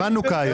חנוכה.